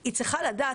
היא צריכה לדעת,